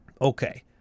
Okay